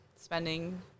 Spending